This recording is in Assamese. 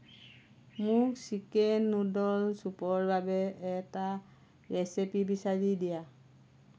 মোৰ চিকেন নুডল চুপৰ বাবে এটা ৰেচিপি বিচাৰি দিয়া